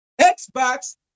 Xbox